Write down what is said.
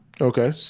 Okay